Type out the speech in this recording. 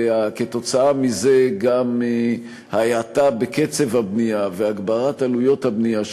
וכתוצאה מזה גם ההאטה בקצב הבנייה והגדלת עלויות הבנייה,